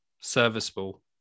serviceable